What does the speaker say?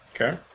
Okay